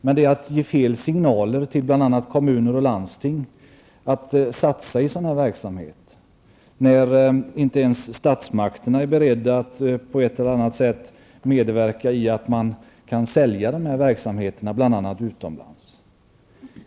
Men det är att ge fel signaler till bl.a. kommuner och landsting för att satsa i en sådan verksamhet, när inte ens statsmakterna är beredda att på ett eller annat sätt medverka i att man säljer verksamheterna bl.a. utomlands.